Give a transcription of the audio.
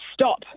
stop